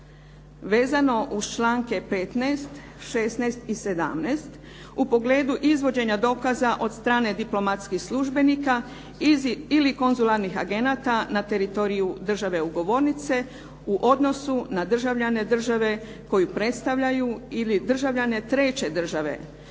Vezano uz članke 15., 16. i 17. u pogledu izvođenja dokaza od strane diplomatskih službenika ili konzularnih agenata na teritoriju države ugovornice u odnosu na državljane države koju predstavljaju ili državljane treće države,